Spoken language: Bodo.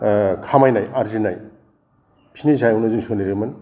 खामायनाय आरजिनाय बिसिनि सायावनो जों सोनारोमोन